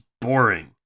boring